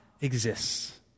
exists